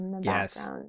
yes